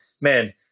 man